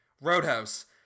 Roadhouse